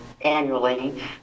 annually